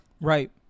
right